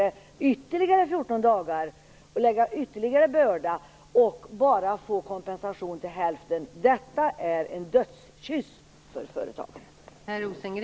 Men tillägget av 14 dagar som en ytterligare börda och att bara få kompensation till hälften är en dödskyss för företagare.